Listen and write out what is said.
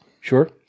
Sure